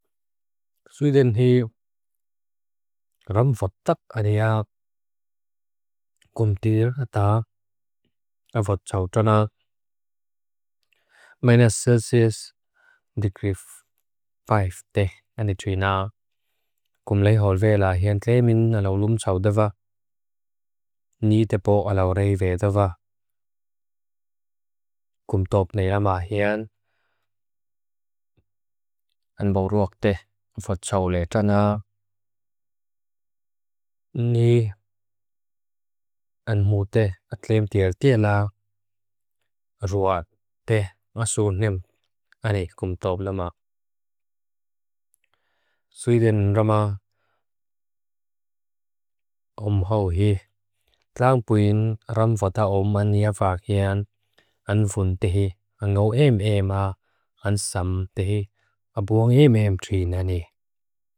Suidhen hi ram vatthap aneak, kum tir ata, a vatthau trana. Maina sirsis dikrif vaif teh anitrina. Kum lei hol vela hean kle min alaulum sawdava. Ni tepo alaurei vedava. Kum top nea ma hean anboruak teh vatthau le trana. Ni anmute atlem tir tela ruat teh asurnim. Aneak, kum top lama. Suidhen rama omhau hi. Tlangbwin ram vatthau maniafak hean anfun teh. Ngo em em a ansam teh. Abuong em em trinane.